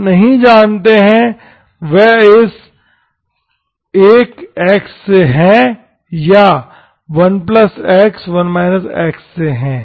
आप नहीं जानते कि वे इस 1x से हैं या इस 1x1 x से हैं